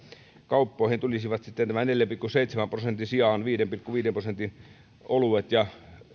kauppoihin tulisivat neljän pilkku seitsemän prosentin sijaan viiden pilkku viiden prosentin oluet ja